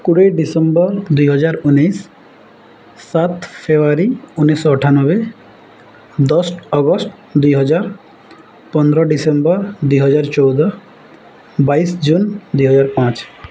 କୋଡ଼ିଏ ଡ଼ିସେମ୍ବର ଦୁଇହଜାର ଉଣେଇଶି ସାତ ଫେବୃଆରୀ ଉଣେଇଶି ଶହ ଅଠାନବେ ଦଶ ଅଗଷ୍ଟ ଦୁଇହଜାର ପନ୍ଦର ଡ଼ିସେମ୍ବର ଦୁଇହଜାର ଚଉଦ ବାଇଶି ଜୁନ୍ ଦୁଇହଜାର ପାଞ୍ଚ